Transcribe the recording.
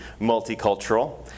multicultural